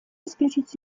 исключить